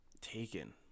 taken